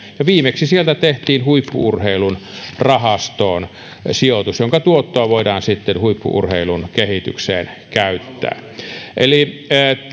ja viimeksi sieltä tehtiin huippu urheilun rahastoon sijoitus jonka tuottoa voidaan sitten huippu urheilun kehitykseen käyttää eli